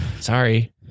Sorry